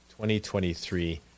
2023